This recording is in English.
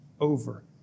over